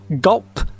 gulp